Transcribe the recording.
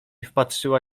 wpatrzyła